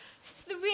three